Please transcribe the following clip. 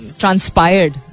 transpired